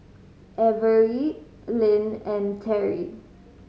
Averie Lynn and Terry